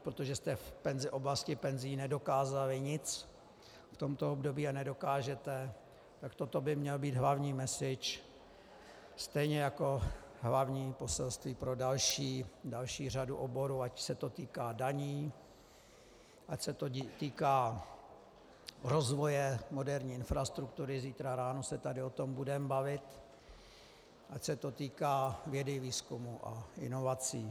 Protože jste v oblasti penzí nedokázali nic v tomto období a nedokážete, tak toto by měl být hlavní message, stejně jako hlavní poselství pro další řadu oborů, ať se to týká daní, ať se to týká rozvoje moderní infrastruktury zítra ráno se tady o tom budeme bavit , ať se to týká vědy, výzkumu a inovací.